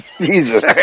Jesus